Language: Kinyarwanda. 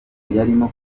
yarimo